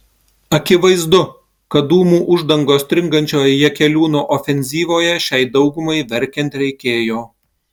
akivaizdu kad dūmų uždangos stringančioje jakeliūno ofenzyvoje šiai daugumai verkiant reikėjo